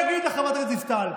עכשיו, אני אגיד לחברת הכנסת דיסטל,